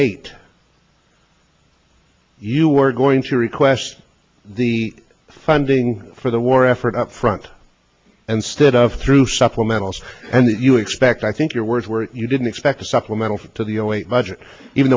eight you were going to request the funding for the war effort up front and stead of through supplementals and then you expect i think your words where you didn't expect a supplemental to the zero eight budget even